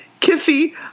kissy